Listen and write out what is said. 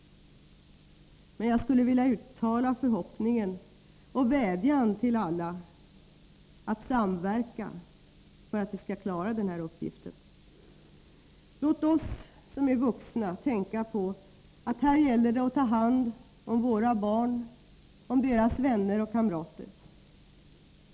Men jag skulle vilja uttala en förhoppning och en vädjan till alla att samverka för att vi skall klara den här uppgiften. Låt oss som är vuxna tänka på att det här gäller att ta hand om våra barn, om deras vänner och kamrater.